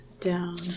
down